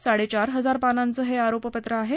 साडेचार इजार पानांचं हे आरोपपत्र आहे